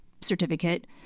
certificate